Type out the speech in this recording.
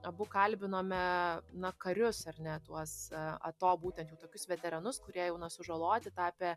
abu kalbinome na karius ar ne tuos ato būtent jau tokius veteranus kurie jau na sužaloti tapę